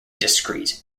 discreet